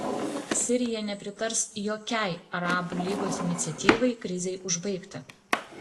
sirija nepritars jokiai arabų lygos iniciatyvai krizei užbaigti